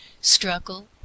Struggle